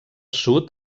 sud